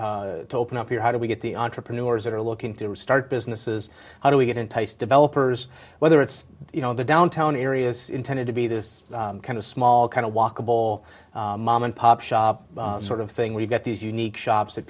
to open up here how do we get the entrepreneurs that are looking to start businesses how do we get entice developers whether it's you know the downtown areas intended to be this kind of small kind of walkable mom and pop shop sort of thing where you get these unique shops that